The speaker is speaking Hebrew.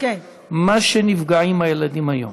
מה שנפגעים הילדים היום